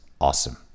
awesome